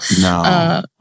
No